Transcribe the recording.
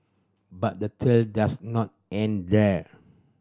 but the tail does not end there